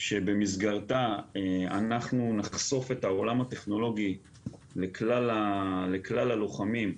שבמסגרתה אנחנו נחשוף את העולם הטכנולוגי לכלל הלוחמים,